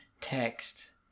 text